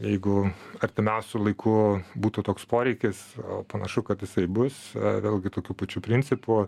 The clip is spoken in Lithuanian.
jeigu artimiausiu laiku būtų toks poreikis panašu kad jisai bus vėlgi tokiu pačiu principu